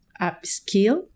upskill